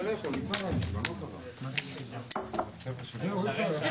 הישיבה ננעלה בשעה 13:34.